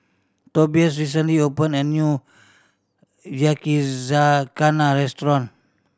Tobias recently opened a new Yakizakana Restaurant